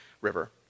River